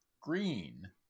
green